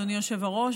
אדוני היושב-ראש,